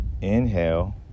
Inhale